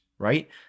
right